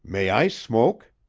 may i smoke?